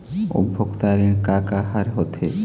उपभोक्ता ऋण का का हर होथे?